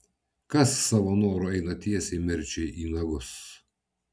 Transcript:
kas savo noru eina tiesiai mirčiai į nagus